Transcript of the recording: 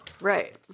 Right